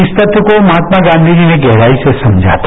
इस तथ्य को महात्मा गांधीजी ने गहराई से समझा था